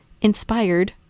inspired